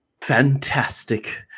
fantastic